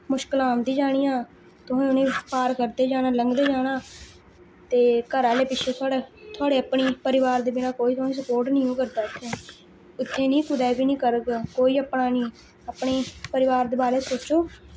मुश्कलां औंदी जानियां तुसें उ'नेंगी पार करदे जाना लंघदे जाना ते घरै आह्ले पिच्छें थुआड़ै थुआड़ै अपने परिवार दे बिना कोई तुसें सपोर्ट नेइयों करदा इत्थै इत्थै निं कुतै बी निं करग कोई अपना निं अपनी परिवार दे बारे च सोचो